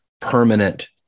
permanent